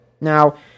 Now